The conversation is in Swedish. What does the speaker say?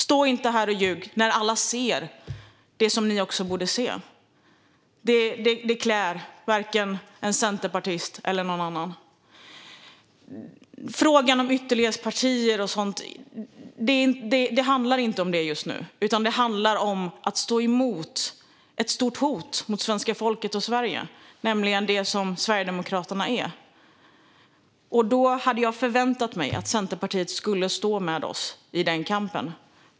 Stå inte här och ljug när alla ser det som ni också borde se. Det klär varken en centerpartist eller någon annan. När det gäller frågan om ytterlighetspartier och sådant handlar det inte om detta just nu. Det handlar om att stå emot ett stort hot mot svenska folket och Sverige, nämligen det som Sverigedemokraterna utgör. Jag hade förväntat mig att Centerpartiet skulle stå med oss i den kampen.